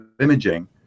imaging